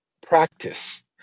practice